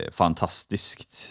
fantastiskt